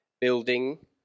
building